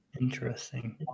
Interesting